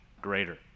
greater